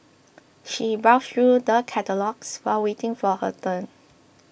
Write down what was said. she browsed through the catalogues while waiting for her turn